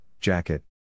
Jacket